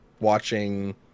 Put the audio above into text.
watching